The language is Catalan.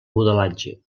modelatge